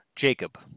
Jacob